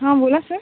हां बोला सर